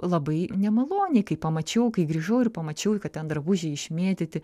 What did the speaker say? labai nemaloniai kai pamačiau kai grįžau ir pamačiau kad ten drabužiai išmėtyti